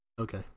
Okay